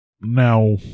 Now